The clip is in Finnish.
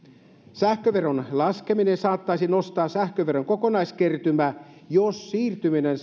sähköveron laskeminen saattaisi nostaa sähköveron kokonaiskertymää jos siirtyminen